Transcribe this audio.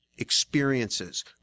experiences